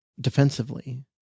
defensively